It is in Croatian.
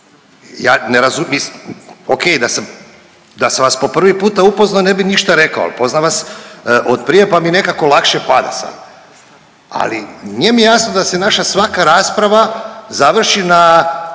Ja ne razu… mislim, okej da sam, da sam vas po prvi puta upoznao ne bi ništa rekao, al poznam vas od prije, pa mi nekako lakše pada sada, ali nije mi jasno da se naša svaka rasprava završi na,